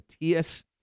Matias